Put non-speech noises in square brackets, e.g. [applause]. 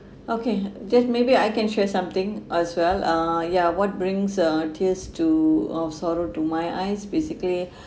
okay then maybe I can share something as well ah ya what brings uh tears to of sorrow to my eyes basically [breath]